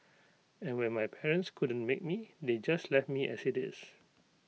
and when my parents couldn't make me they just left me as IT is